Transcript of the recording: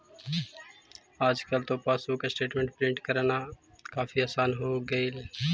आजकल तो passbook statement print करना काफी आसान हो गईल